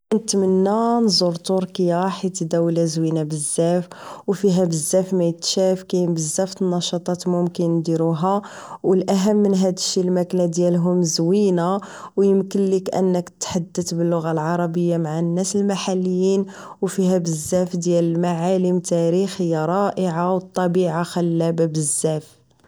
كنتمنى نزور تركيا حيت دولة زوينة بزاف و فيها بزاف مايتشاف و كاينين بزاف تنشاطات اللي ممكن نديروها و الاهم من هداكشي الماكلة ديالهم زوينة و يمكن ليك انك تحدت باللغة العربية مع الناس المحليين وفيها بزاف ديال المعالم تاريخية رائعة و طبيعة خلابة بزاف